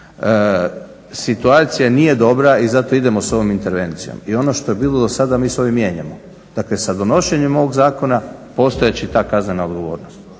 Situacija nije dobra i zato idemo s ovom intervencijom i ono što je bilo dosada mi s ovim mijenjamo. Dakle, sa donošenjem ovog zakona postojat će i ta kaznena odgovornost.